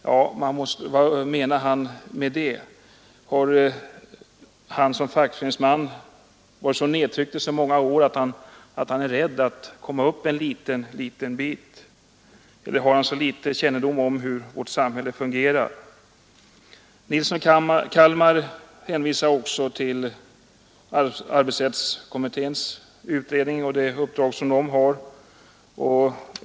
Vad menar han med det? Har han som fackföreningsman varit nedtryckt i så många år att han är rädd för att komma upp en liten bit, eller har han så liten kännedom om hur vårt samhälle fungerar? Herr Nilsson i Kalmar hänvisade också till arbetsrättskommitténs utredning och det uppdrag som den har.